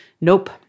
Nope